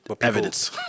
evidence